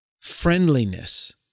friendliness